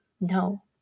no